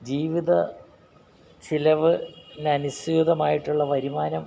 ജീവിത ചിലവ് ന് അനുസ്യൂതമായിട്ടുള്ള വരുമാനം